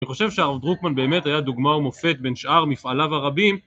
אני חושב שהרב דרוקמן באמת היה דוגמה ומופת בין שאר מפעליו הרבים.